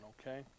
okay